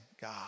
God